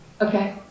Okay